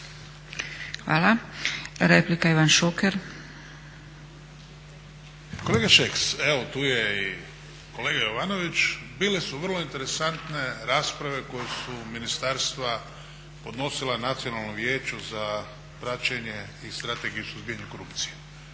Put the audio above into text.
Šuker. **Šuker, Ivan (HDZ)** Kolega Šeks, evo tu je i kolega Jovanović bile su vrlo interesantne rasprave koje su ministarstva podnosila Nacionalnom vijeću za praćenja strategije suzbijanja korupcije,